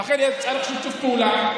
צריך שיתוף פעולה.